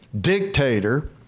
dictator